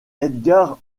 edgar